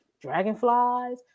dragonflies